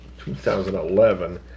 2011